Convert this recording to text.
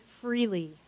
freely